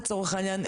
לצורך העניין,